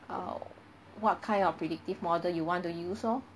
err what kind of predictive model you want to use lor